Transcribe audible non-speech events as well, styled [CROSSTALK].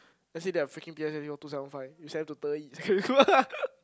let's say their freaking P_S_L_E one two seven five you send them to Deyi-Secondary-School [LAUGHS]